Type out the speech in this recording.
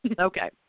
Okay